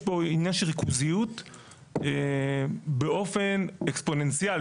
יש פה עניין של ריכוזיות באופן אקספוננציאלי.